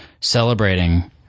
celebrating